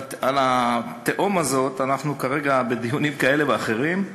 על התהום הזאת אנחנו כרגע בדיונים כאלה ואחרים.